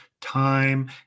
time